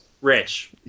Rich